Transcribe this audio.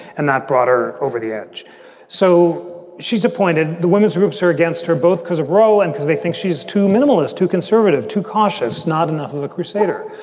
and that brought her over the edge so she's appointed the women's groups are against her, both because of roe and because they think she's too minimalist, too conservative, too cautious, not enough of a crusader.